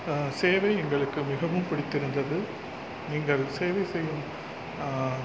சேவை எங்களுக்கு மிகவும் பிடித்திருந்தது நீங்கள் சேவை செய்யும்